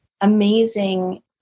amazing